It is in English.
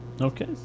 Okay